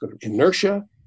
inertia